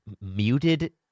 muted